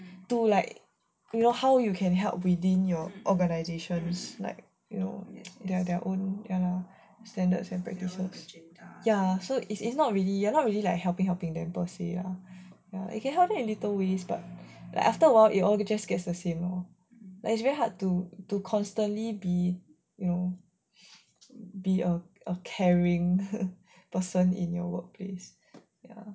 to like you know how you can help within your organizations like you know their own standards and practices so ya is not really you are not really like helping helping them per say ah we can help them in little ways but after a while it all just gets the same lor like it's very hard to constantly be you know be a a caring person in your workplace ya